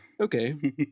Okay